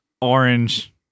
orange